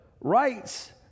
rights